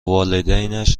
والدینش